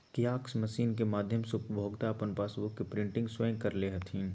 kiosk machine के माध्यम से उपभोक्ता अपन पासबुक के प्रिंटिंग स्वयं कर ले हथिन